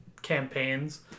campaigns